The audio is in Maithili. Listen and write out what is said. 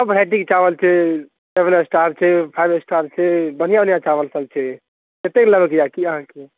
सब भेराइटीके चावल छै डबल एस्टार छै फाइव एस्टार छै बढ़िआँ बढ़िआँ चावलसब छै कतेक लेबाके अइ कि अहाँके